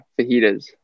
fajitas